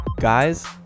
guys